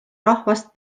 rahvast